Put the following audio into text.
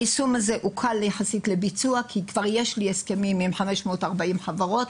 היישום הזה הוא קל יחסית לביצוע כי כבר יש לי הסכמים עם 540 חברות.